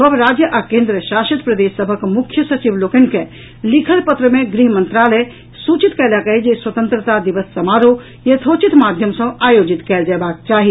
सभ राज्य आ केंद्र शासित प्रदेश सभक मुख्य सचिव लोकनि के लिखल पत्र मे गृह मंत्रालय सूचित कयलक अछि जे स्वतंत्रता दिवस समारोह यथोचित माध्यम सँ आयोजित कयल जयबाक चाही